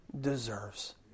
deserves